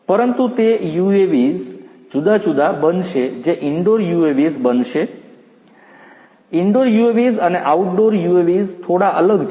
પરંતુ તે UAVs જુદા જુદા બનશે જે ઇન્ડોર UAVs બનશે ઇન્ડોર UAVs અને આઉટડોર UAVs થોડા અલગ છે